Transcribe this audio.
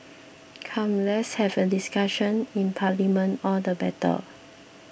come let's have a discussion in parliament all the better